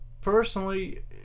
personally